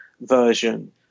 version